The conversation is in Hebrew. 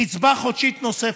קצבה חודשית נוספת,